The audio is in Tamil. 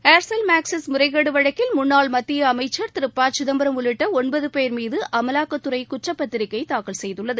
ஏர்செல் மாக்ஸிஸ் முறைகேடு வழக்கில் முன்னாள் மத்திய அமைச்சர் திரு ப சிதம்பரம் உள்ளிட்ட ஒன்பது போ் மீது அமலாக்கத்துறை குற்றப்பத்திரிகை தாக்கல் செய்துள்ளது